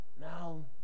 Now